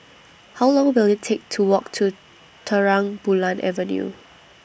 How Long Will IT Take to Walk to Terang Bulan Avenue